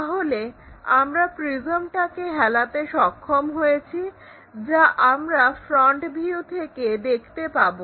তাহলে আমরা প্রিজমটাকে হেলাতে সক্ষম হয়েছি যা আমরা ফ্রন্ট ভিউ থেকে দেখতে পাবো